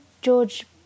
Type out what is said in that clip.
George